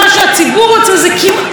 זו כמעט אותה ממשלה.